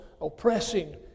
oppressing